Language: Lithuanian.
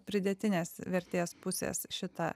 pridėtinės vertės pusės šitą